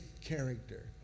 character